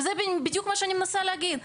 וזה בדיוק מה שאני מנסה להגיד.